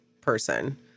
person